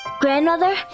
Grandmother